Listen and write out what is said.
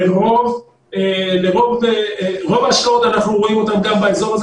את רוב ההשקעות אנחנו רואים באזור הזה,